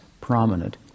prominent